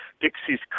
Dixie's